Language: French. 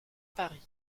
paris